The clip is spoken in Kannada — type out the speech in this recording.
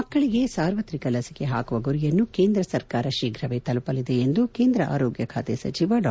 ಮಕ್ಕಳಿಗೆ ಸಾರ್ವತ್ರಿಕ ಲಸಿಕೆ ಹಾಕುವ ಗುರಿಯನ್ನು ಕೇಂದ್ರ ಸರ್ಕಾರ ಶೀಘ್ರವೇ ತಲುಪಲಿದೆ ಎಂದು ಕೇಂದ್ರ ಆರೋಗ್ಯ ಖಾತೆ ಸಚಿವ ಡಾ